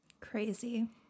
crazy